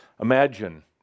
Imagine